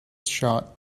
shot